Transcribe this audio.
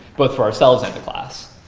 both for ourselves and the class.